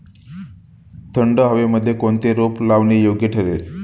थंड हवेमध्ये कोणते रोप लावणे योग्य ठरेल?